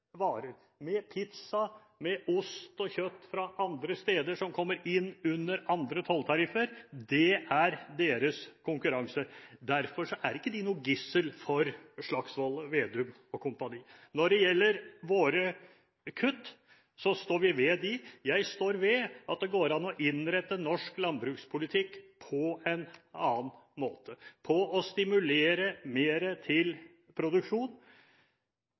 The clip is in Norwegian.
med pizza, med ost og kjøtt fra andre steder, som kommer inn under andre tolltariffer. Det er deres konkurranse. Derfor er ikke de noe gissel for Slagsvold Vedum & Co. Når det gjelder våre kutt, står vi ved dem. Jeg står ved at det går an å innrette norsk landbrukspolitikk på en annen måte, på å stimulere mer til produksjon